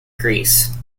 grease